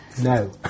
No